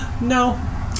No